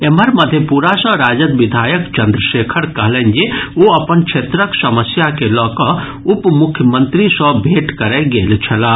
एम्हर मधेपुरा सॅ राजद विधायक चन्द्रशेखर कहलनि जे ओ अपन क्षेत्रक समस्या के लऽकऽ उप मुख्यमंत्री सॅ भेंट करय गेल छलाह